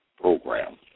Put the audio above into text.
program